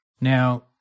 Now